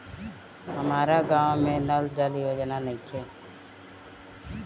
हमारा गाँव मे नल जल योजना नइखे?